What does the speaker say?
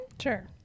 Sure